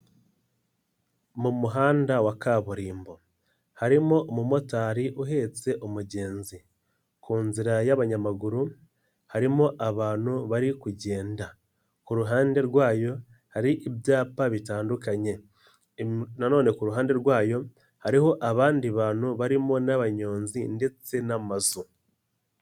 Mu muhanda wa kaburimbo, harimo umumotari uhetse umugenzi, ku nzira y'abanyamaguru harimo abantu bari kugenda, ku ruhande rwayo hari ibyapa bitandukanye na none ku ruhande rwayo hariho abandi bantu barimo n'abanyonzi ndetse n'amazu.